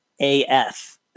AF